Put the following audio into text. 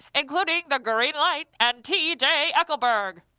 including the green light and t j. eckleburg.